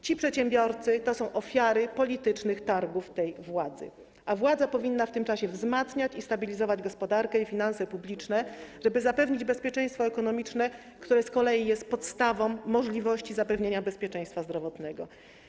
Ci przedsiębiorcy to są ofiary politycznych targów tej władzy, a władza powinna w tym czasie wzmacniać i stabilizować gospodarkę i finanse publiczne, żeby zapewnić bezpieczeństwo ekonomiczne, które z kolei jest podstawą możliwości zapewnienia bezpieczeństwa zdrowotnego.